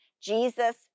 Jesus